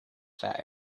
fat